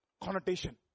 Connotation